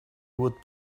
would